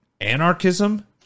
anarchism